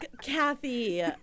Kathy